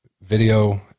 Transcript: video